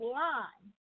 line